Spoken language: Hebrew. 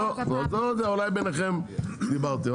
לא יודע, אולי ביניכם דיברתם.